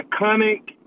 iconic